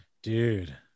dude